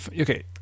okay